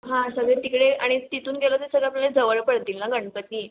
हां सगळे तिकडे आणि तिथून गेलो तर सगळं आपल्याला जवळ पडतील ना गणपती